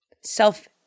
Self